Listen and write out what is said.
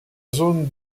zone